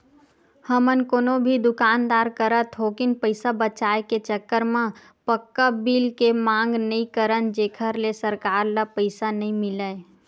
हमन कोनो भी दुकानदार करा थोकिन पइसा बचाए के चक्कर म पक्का बिल के मांग नइ करन जेखर ले सरकार ल पइसा नइ मिलय